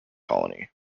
colony